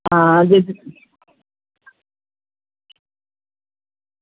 आं जिस